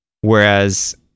whereas